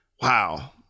Wow